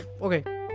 okay